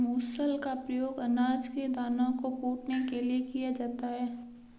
मूसल का प्रयोग अनाज के दानों को कूटने के लिए किया जाता है